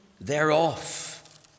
thereof